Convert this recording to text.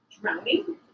Drowning